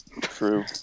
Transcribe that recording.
True